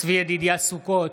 צבי ידידיה סוכות,